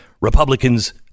Republicans